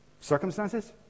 circumstances